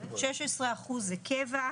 16 אחוז זה קבע,